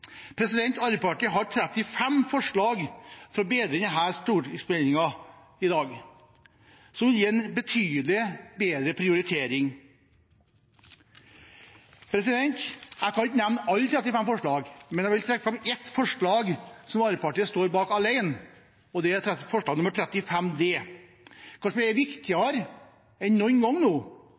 Arbeiderpartiet har 35 forslag til å bedre denne stortingsmeldingen i dag, forslag som gir en betydelig bedre prioritering. Jeg skal ikke nevne alle de 35 forslagene, men jeg vil trekke fram ett forslag som Arbeiderpartiet står bak alene, og det er forslag nr. 35 d, som er viktigere enn noen gang: